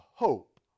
Hope